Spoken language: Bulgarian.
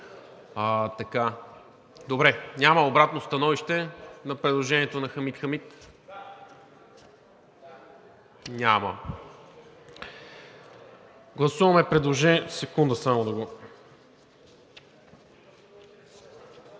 Обратно становище на предложението на господин Хамид Хамид? Няма. Гласуваме предложението